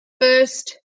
first